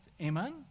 Amen